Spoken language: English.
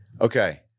Okay